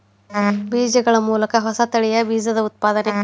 ಬೇಜಗಳ ಮೂಲಕ ಹೊಸ ತಳಿಯ ಬೇಜದ ಉತ್ಪಾದನೆ